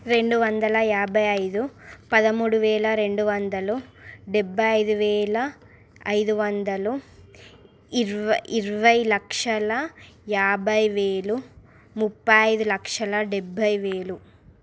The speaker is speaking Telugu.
రెండువందల యాభై ఐదు పదముడు వేల రెండు వందలు డెబ్బై ఐదు వేల ఐదు వందలు ఇరవై ఇరవై లక్షల యాభై వేలు ముప్పై ఐదు లక్షల డెబ్బై వేలు